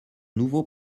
nouveau